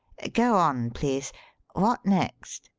go on, please what next?